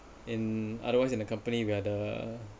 in otherwise in a company where the